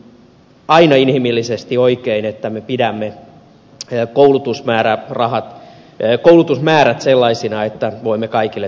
on aina inhimillisesti oikein että me pidämme koulutusmäärät sellaisina että voimme kaikille työtä tarjota